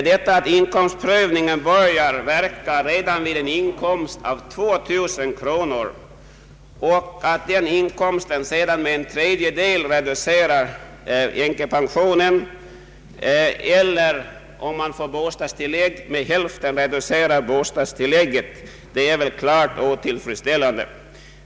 Detta att inkomstprövningen börjar verka redan vid en inkomst av 2 000 kronor och att den inkomsten sedan med hälften reducerar bostadstillägget respektive änkepensionen med en tredjedel måste vara klart otillfredsställande.